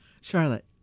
Charlotte